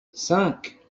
cinq